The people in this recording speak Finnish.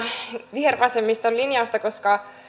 vihervasemmiston linjausta koska